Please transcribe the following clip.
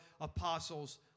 apostles